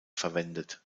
verwendet